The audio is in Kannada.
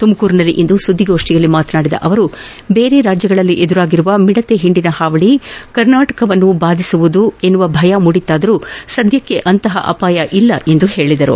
ತುಮಕೂರಿನಲ್ಲಿಂದು ಸುದ್ದಿಗೋಷ್ಠಿಯಲ್ಲಿ ಮಾತನಾಡಿದ ಅವರು ಬೇರೆ ರಾಜ್ಯಗಳಲ್ಲಿ ಎದುರಾಗಿರುವ ಮಿಡತೆ ಹಿಂಡಿನ ಹಾವಳಿ ಕರ್ನಾಟಕವನ್ನು ಪ್ರವೇಶಿಸುವುದು ಎಂಬ ಭಯ ಮೂಡಿತ್ತಾದರೂ ಸದ್ಯಕ್ಷೆ ಅಂತಹ ಅಪಾಯ ಇಲ್ಲ ಎಂದು ಹೇಳಿದರು